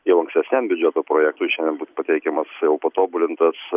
jau ankstesniam biudžeto projektui šiandien bus pateikiamas jau patobulintas